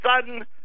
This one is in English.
sudden